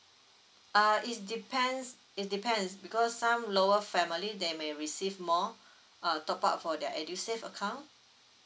uh it depends it depends because some lower family they may receive more uh top up for their edusave account